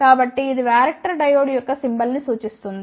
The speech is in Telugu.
కాబట్టి ఇది వరాక్టర్ డయోడ్ యొక్క సింబల్ ని సూచిస్తుంది